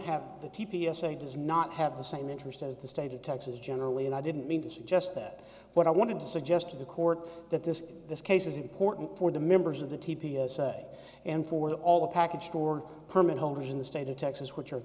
have the t s a does not have the same interest as the state of texas generally and i didn't mean to suggest that what i want to suggest to the court that this this case is important for the members of the t p s and for the all the package store permit holders in the state of texas which are